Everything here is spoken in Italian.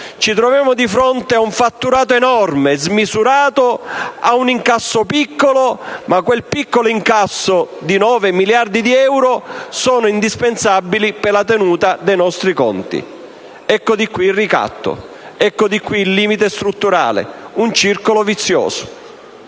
ci troviamo, a fronte di una fatturato enorme, smisurato, un incasso piccolo; ma quel piccolo incasso di 9 miliardi di euro è indispensabile per la tenuta dei nostri conti. Di qui il ricatto, il limite strutturale: un circolo vizioso.